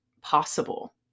possible